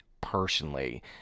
personally